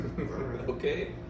Okay